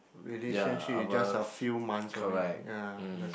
relationship is just a few months only ya